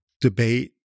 debate